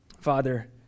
Father